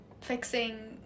fixing